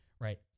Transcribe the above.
right